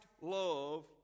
love